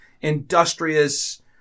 industrious